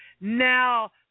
now